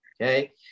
okay